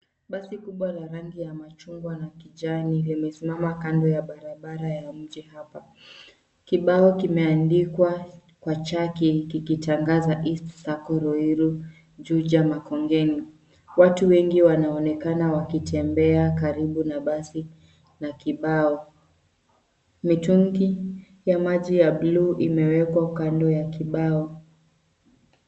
Basi kubwa a rangi ya machungwa na kijani limesimama kando ya barabara ya mji hapa. Kibao kimeandikwa kwa chaki kikitangaza MSL sacco Ruiru Juja makongeni . Watu wengi wanaonekana wakitembea karibu na basi na kibao. Mitungi ya maji ya blue imewekwa kando ya kibao.